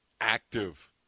active